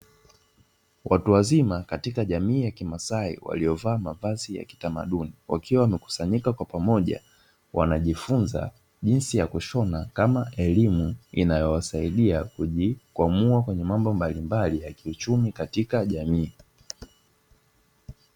Watu wazima katika jamii ya kimasai waliovaa mavazi ya kitamaduni, wakiwa wamekusanyika kwa pamoja, wanajifunza jinsi ya kushona kama elimu inayowasaidia kujikwamua kwenye mambo mbalimbali ya kiuchumi katika jamii.